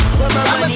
I'ma